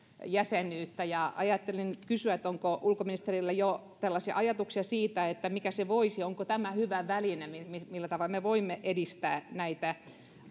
jäsenyyttä ja ajattelin kysyä onko ulkoministerillä jo ajatuksia siitä onko tämä hyvä väline millä tavalla me voimme edistää näitä